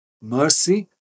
mercy